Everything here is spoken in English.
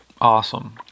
awesome